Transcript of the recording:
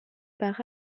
par